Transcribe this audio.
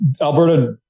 Alberta